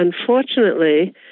unfortunately